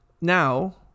now